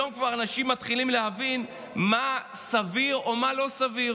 היום אנשים כבר מתחילים להבין מה סביר ומה לא סביר.